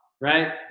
right